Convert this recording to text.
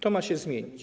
To ma się zmienić.